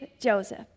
Joseph